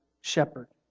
shepherd